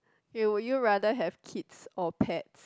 you would you rather have kids or pets